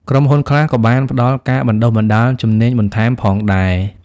ក្រុមហ៊ុនខ្លះក៏បានផ្តល់ការបណ្តុះបណ្តាលជំនាញបន្ថែមផងដែរ។